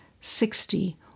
sixty